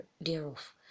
thereof